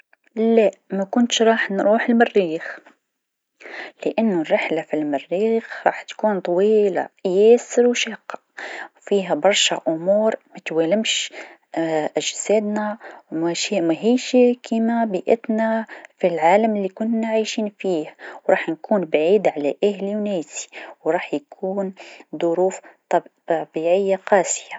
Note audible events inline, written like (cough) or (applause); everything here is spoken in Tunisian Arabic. لا مكنتش راح نروح للمريخ لأنو رحله في المريخ راح تكون طويله ياسر و شاقه فيها برشا أمور متوالمش (hesitation) أجسادنا و مشي- ماهيش كيما بيئتنا في العالم لكنا عايشين فيه و راح نكون بعاد على أهلي و ناسي و راح يكون ظروف طبيعيه قاسيه.